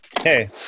hey